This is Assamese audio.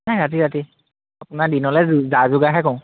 নাই ৰাতি ৰাতি আপোনাৰ দিনলে যা যোগাৰহে কৰোঁ